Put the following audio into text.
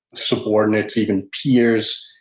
subordinates, even peers,